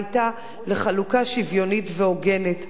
היתה לחלוקה שוויונית והוגנת.